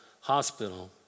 hospital